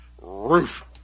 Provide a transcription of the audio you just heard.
roof